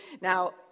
Now